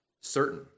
certain